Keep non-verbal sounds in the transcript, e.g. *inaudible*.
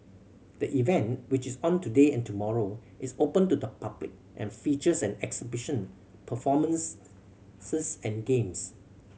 the event which is on today and tomorrow is open to the public and features an exhibition performance *unintelligible* and games